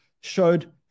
showed